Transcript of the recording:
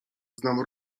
znam